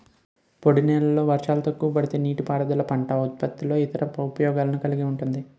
పొడినేలల్లో వర్షాలు తక్కువపడే నీటిపారుదల పంట ఉత్పత్తుల్లో ఇతర ఉపయోగాలను కలిగి ఉంటుంది